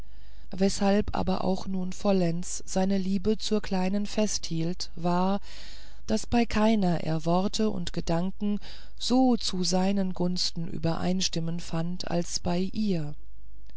weshalb aber auch nun vollends seine liebe zur kleinen festhielt war daß bei keiner er worte und gedanken so zu seinen gunsten übereinstimmend fand als bei ihr